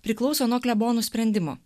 priklauso nuo klebonų sprendimo